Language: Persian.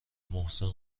محسن